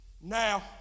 Now